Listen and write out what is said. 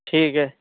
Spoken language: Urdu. ٹھیک ہے